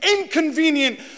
inconvenient